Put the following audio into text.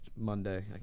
Monday